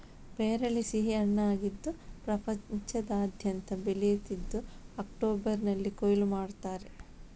ಪೇರಳೆ ಸಿಹಿ ಹಣ್ಣಾಗಿದ್ದು ಪ್ರಪಂಚದಾದ್ಯಂತ ಬೆಳೆಯುತ್ತಿದ್ದು ಅಕ್ಟೋಬರಿನಲ್ಲಿ ಕೊಯ್ಲು ಮಾಡ್ತಾರೆ